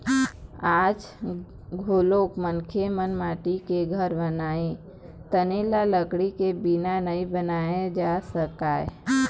आज घलोक मनखे मन माटी के घर बनाथे तेन ल लकड़ी के बिना नइ बनाए जा सकय